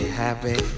happy